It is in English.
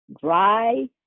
dry